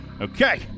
Okay